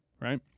Right